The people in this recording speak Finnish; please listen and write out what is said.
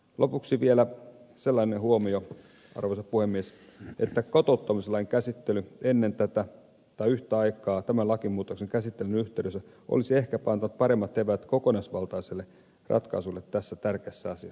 lopuksi vielä sellainen huomio arvoisa puhemies että kotouttamislain käsittely ennen tätä tai yhtä aikaa tämän lakimuutoksen käsittelyn yhteydessä olisi ehkä antanut paremmat eväät kokonaisvaltaiselle ratkaisulle tässä tärkeässä asiassa